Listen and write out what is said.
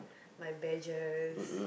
my badges